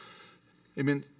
Amen